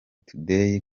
tudeyi